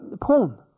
Porn